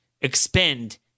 expend